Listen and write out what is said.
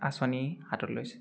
আঁচনি হাতত লৈছে